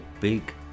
big